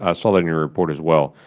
ah so like in your report as well.